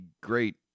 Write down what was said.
great